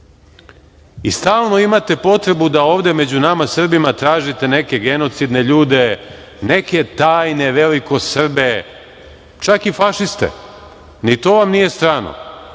imate potrebu da ovde među nama Srbima tražite neke genocidne ljude, neke tajno velikosrbe, čak i fašiste. Ni to vam nije strano.